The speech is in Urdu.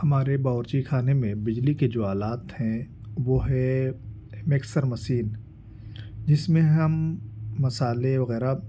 ہمارے باورچی خانے میں بجلی کے جو آلات ہیں وہ ہے مکسر مشین جس میں ہم مصالے وغیرہ